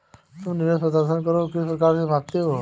तुम निवेश प्रदर्शन को किस प्रकार मापते हो?